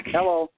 Hello